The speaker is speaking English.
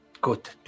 Good